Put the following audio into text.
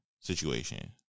situation